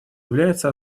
является